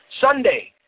Sunday